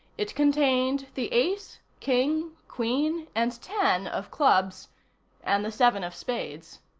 it contained the ace, king, queen and ten of clubs and the seven of spades.